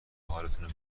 حالتونو